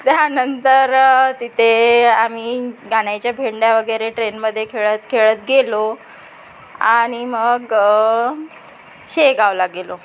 त्यानंतर तिथे आम्ही गाण्याच्या भेंड्या वगैरे ट्रेनमध्ये खेळत खेळत गेलो आणि मग शेगावला गेलो